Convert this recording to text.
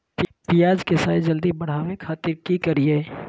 प्याज के साइज जल्दी बड़े खातिर की करियय?